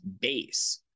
base